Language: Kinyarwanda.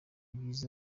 byiza